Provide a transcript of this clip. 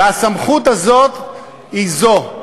והסמכות הזאת היא זו: